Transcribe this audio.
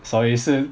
sorry 是